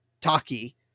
Taki